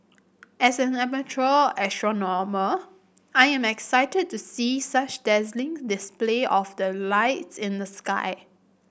as an amateur astronomer I am excited to see such dazzling display of the lights in the sky